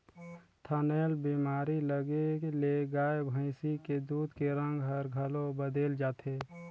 थनैल बेमारी लगे ले गाय भइसी के दूद के रंग हर घलो बदेल जाथे